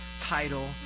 title